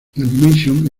animation